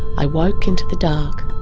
i woke into the dark,